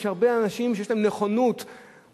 יש הרבה אנשים שיש להם נכונות לבוא.